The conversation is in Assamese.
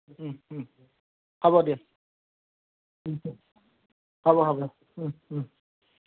হ'ব দিয়া হ'ব হ'ব